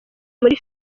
muri